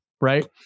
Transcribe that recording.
Right